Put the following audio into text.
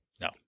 No